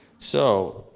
so.